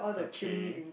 okay